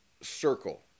circle